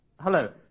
Hello